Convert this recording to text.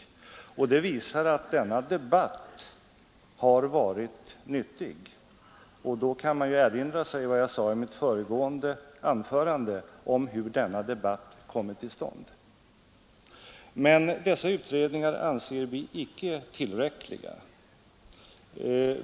Det visar att denna debatt har varit nyttig. Då kan man erinra sig vad jag sade i mitt föregående anförande om hur denna debatt kommit till stånd. Men dessa utredningar anser vi icke vara tillräckliga.